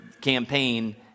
campaign